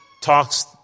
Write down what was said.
talks